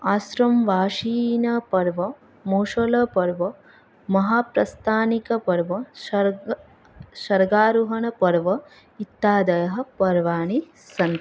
आश्रम्वासिकापर्व मौसुलपर्व महाप्रस्थानिकपर्व स्वर्गारोहणपर्व इत्यादि पर्वाणि सन्ति